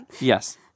Yes